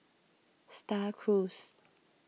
Star Cruise